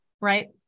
Right